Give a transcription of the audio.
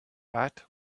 that